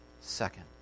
second